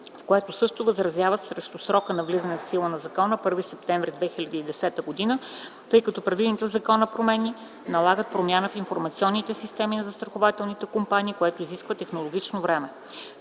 което също възразяват срещу срока за влизане в сила на закона – 1 септември 2010 г, тъй като предвидените в закона промени налагат промяна в информационните системи на застрахователните компании, което изисква технологично време